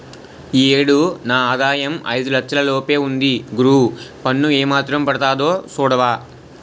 ఈ ఏడు నా ఆదాయం ఐదు లచ్చల లోపే ఉంది గురూ పన్ను ఏమాత్రం పడతాదో సూడవా